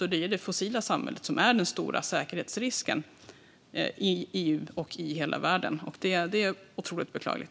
Och det är ju det fossila samhället som är den stora säkerhetsrisken i EU och i hela världen. Det är otroligt beklagligt.